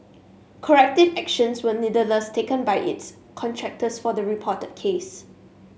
corrective actions were nevertheless taken by its contractors for the reported case